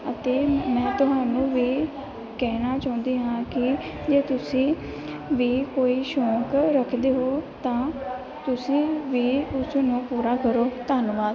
ਅਤੇ ਮੈਂ ਤੁਹਾਨੂੰ ਵੀ ਕਹਿਣਾ ਚਾਹੁੰਦੀ ਹਾਂ ਕਿ ਜੇ ਤੁਸੀਂ ਵੀ ਕੋਈ ਸ਼ੌਕ ਰੱਖਦੇ ਹੋ ਤਾਂ ਤੁਸੀਂ ਵੀ ਉਸਨੂੰ ਪੂਰਾ ਕਰੋ ਧੰਨਵਾਦ